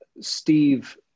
Steve